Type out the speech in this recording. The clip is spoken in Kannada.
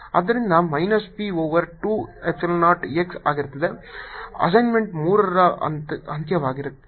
ಆದ್ದರಿಂದ minus P over 2 epsilon 0 x ಆಗಿರುತ್ತದೆ ಅಸೈನ್ಮೆಂಟ್ 3 ರ ಅಂತ್ಯವಾಯಿತು